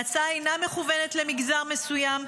ההצעה אינה מכוונת למגזר מסוים,